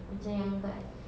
macam yang dekat